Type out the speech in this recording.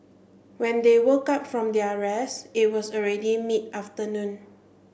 when they woke up from their rest it was already mid afternoon